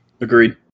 Agreed